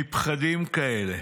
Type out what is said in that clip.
פחדים כאלה,